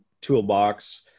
toolbox